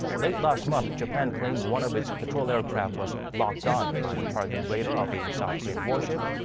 late last month. japan claimed one of its patrol aircraft was locked on by the targeting radar of a south korean warship.